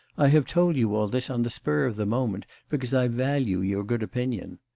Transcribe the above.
i have told you all this on the spur of the moment, because i value your good opinion.